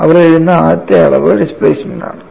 അവർ എഴുതുന്ന ആദ്യത്തെ അളവ് ഡിസ്പ്ലേസ്മെൻറ് ആണ്